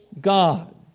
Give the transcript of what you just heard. God